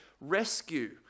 rescue